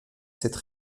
cette